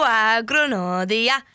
agronodia